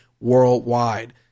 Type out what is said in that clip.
worldwide